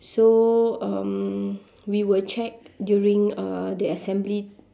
so um we were checked during uh the assembly